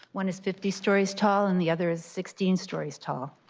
one is fifty stories tall in the other is sixteen stories tall.